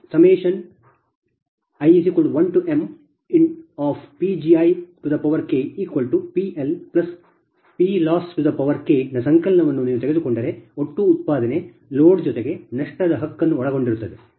ಈ i1mPgiPLPLossನ ಸಂಕಲನವನ್ನು ನೀವು ತೆಗೆದುಕೊಂಡರೆ ಒಟ್ಟು ಉತ್ಪಾದನೆ ಲೋಡ್ ಜೊತೆಗೆ ನಷ್ಟದ ಹಕ್ಕನ್ನು ಒಳಗೊಂಡಿರುತ್ತದೆ